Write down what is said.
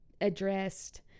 addressed